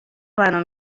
منو